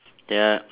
they're